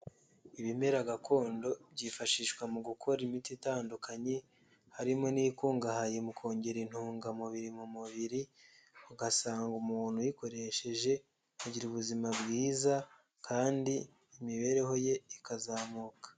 Ibimera gakondo byifashishwa mu gukora imiti itandukanye, harimo n'ibikungahaye mu kongera intungamubiri mu mubiri, ugasanga umuntu uyikoresheje agira ubuzima bwiza kandi imibereho ye ikazamuka.